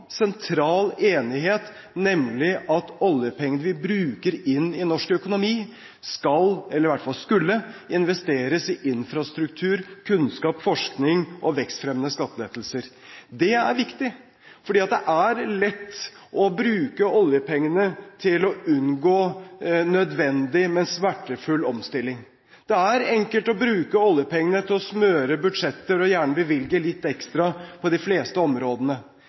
sentral enighet, nemlig at oljepengene vi bruker inn i norsk økonomi, skulle investeres i infrastruktur, kunnskap, forskning og vekstfremmende skattelettelser. Det er viktig, for det er lett å bruke oljepengene til å unngå nødvendig, men smertefull omstilling. Det er enkelt å bruke oljepengene til å smøre budsjetter og gjerne bevilge litt ekstra på de fleste områdene.